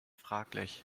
fraglich